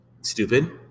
stupid